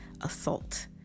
assault